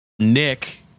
nick